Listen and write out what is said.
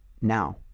Now